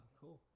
cool